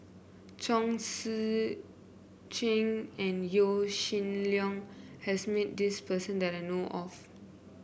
Chong Tze Chien and Yaw Shin Leong has met this person that I know of